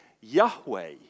Yahweh